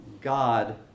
God